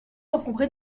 encombré